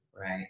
Right